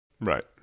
right